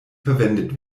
verwendet